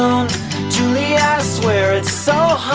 um yeah swear it's so hard